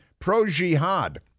pro-Jihad